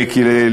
מיקי,